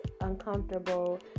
uncomfortable